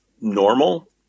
normal